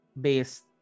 based